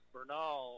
Bernal